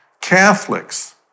Catholics